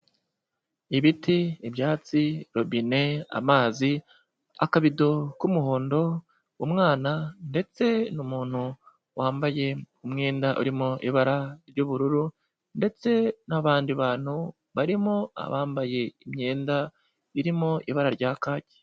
Ibiti, ibyatsi, robine, amazi, akabido k'umuhondo, umwana, ndetse n'umuntu wambaye umwenda urimo ibara ry'ubururu, ndetse n'abandi bantu barimo abambaye imyenda irimo ibara rya kaki.